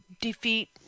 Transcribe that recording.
defeat